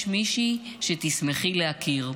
יש מישהי שתשמחי להכיר.